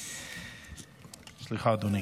סליחה, אדוני.